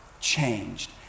changed